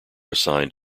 assigned